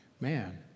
man